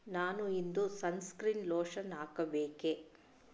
ನಾನು ಇಂದು sunscreen lotion ಹಾಕಬೇಕೆ